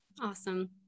Awesome